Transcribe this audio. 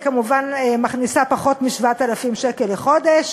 היא כמובן מכניסה פחות מ-7,000 שקל לחודש,